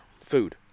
food